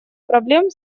проблем